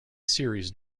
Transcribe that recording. series